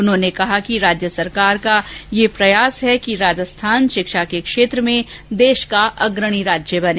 उन्होंने कहा कि राज्य सरकार का यह प्रयास है राजस्थान शिक्षा क्षेत्र में देश का अग्रणी राज्य बने